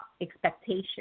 expectation